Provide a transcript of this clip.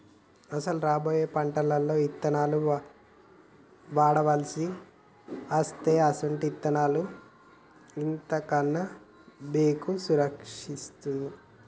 అసలు రాబోయే పంటలలో ఇత్తనాలను వాడవలసి అస్తే అసొంటి ఇత్తనాలను ఇత్తన్న బేంకు సంరక్షిస్తాది